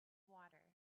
water